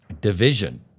division